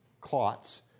clots